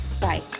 Bye